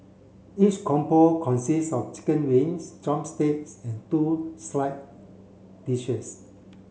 each combo consists of chicken wings drumsticks and two slide dishes